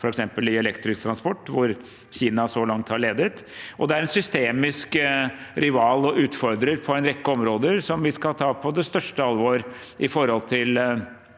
f.eks. i elektrisk transport, hvor Kina så langt har ledet. Og det er en systemisk rival og utfordrer på en rekke områder som vi skal ta på det største alvor i forhold til